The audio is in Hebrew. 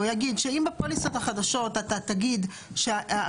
הוא יגיד שאם בפוליסות החדשות אתה תגיד שחברת